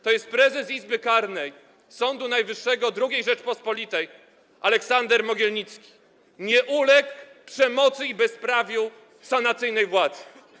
To prezes Izby Karnej Sądu Najwyższego II Rzeczypospolitej Aleksander Mogilnicki nie uległ przemocy i bezprawiu sanacyjnej władzy.